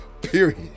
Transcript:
period